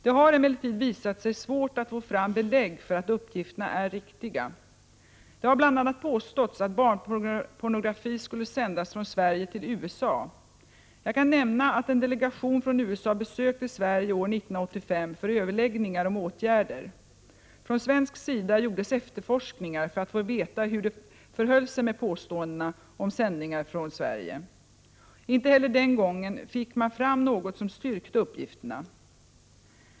Det har emellertid visat sig svårt att få fram belägg för att uppgifterna ärriktiga. Det har bl.a. påståtts att barnpornografi skulle sändas från Sverige till USA. Jag kan nämna att en delegation från USA besökte Sverige år 1985 för överläggningar om åtgärder. Från svensk sida gjordes efterforskningar för att få veta hur det förhöll sig med påståendena om sändningar från Sverige. Inte heller den gången fick man fram något som styrkte uppgifterna.